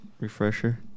Refresher